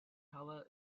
tower